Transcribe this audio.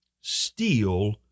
steal